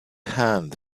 hand